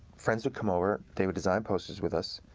friends would come over, they would design posters with us,